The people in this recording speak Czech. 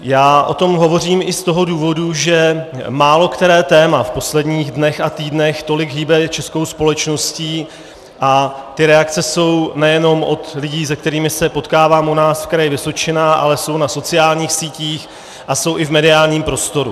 Já o tom hovořím i z toho důvodu, že málokteré téma v posledních dnech a týdnech tolik hýbe českou společností, a ty reakce jsou nejenom od lidí, se kterými se potkávám u nás v Kraji Vysočina, ale jsou na sociálních sítích a jsou i v mediálním prostoru.